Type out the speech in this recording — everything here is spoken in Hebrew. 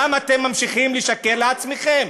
למה אתם ממשיכים לשקר לעצמכם?